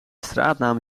straatnaam